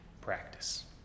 practice